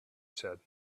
said